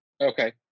Okay